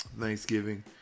Thanksgiving